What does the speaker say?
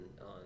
on